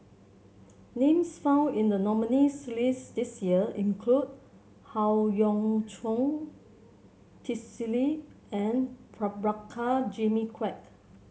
names found in the nominees' list this year include Howe Yoon Chong Twisstii and Prabhakara Jimmy Quek